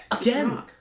Again